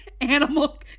animal